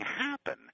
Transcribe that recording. happen